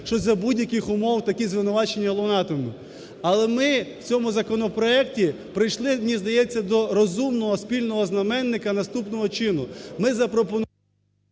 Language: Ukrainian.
що за будь-яких умов такі звинувачення лунатимуть. Але ми в цьому законопроекті прийшли, мені здається, до розумного, спільного знаменника наступного чину,